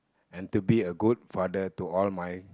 and to be a good father to all my